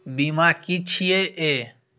बीमा की छी ये?